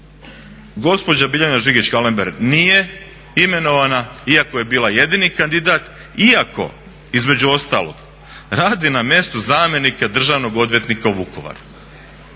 gospođa Biljana Žigić-Kalember nije imenovana iako je bila jedini kandidat, iako između ostalog radi na mjestu zamjenika državnog odvjetnika u Vukovaru.